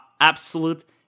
absolute